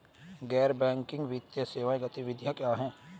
गैर बैंकिंग वित्तीय सेवा गतिविधियाँ क्या हैं?